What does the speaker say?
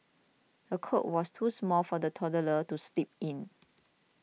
the cot was too small for the toddler to sleep in